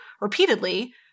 repeatedly